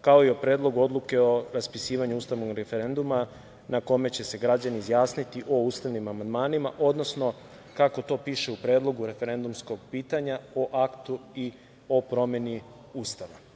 kao i o Predlogu odluke o raspisivanju ustavnog referenduma na kome će se građani izjasniti o ustavnim amandmanima, odnosno, kako to piše u predlogu, referendumskog pitanja o Aktu i o promeni Ustava.